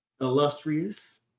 illustrious